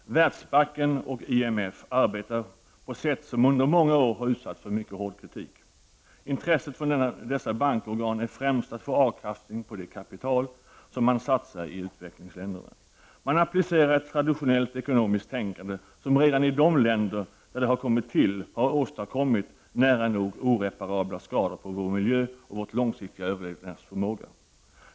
Herr talman! Världsbanken och IMF arbetar på ett sätt som under många år har utsatts för mycket hård kritik. Intresset från dessa bankorgan är främst att få avkastning på det kapital som man satsar i utvecklingsländerna. Man applicerar ett traditionellt ekonomiskt tänkande som redan i de länder där det har kommit till har åstadkommit nära nog oreparabla skador när det gäller vår miljö och vår långsiktiga överlevnadsförmåga.